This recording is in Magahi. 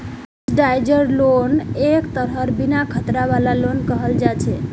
सब्सिडाइज्ड लोन एक तरहेर बिन खतरा वाला लोन कहल जा छे